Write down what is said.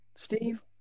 Steve